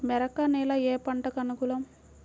మెరక నేల ఏ పంటకు అనుకూలం?